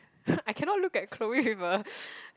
I cannot look at Chloe with a